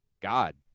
God